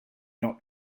not